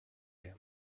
him